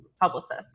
publicists